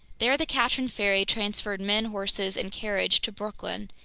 there the katrin ferry transferred men, horses, and carriage to brooklyn,